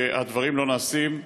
והדברים לא נעשים.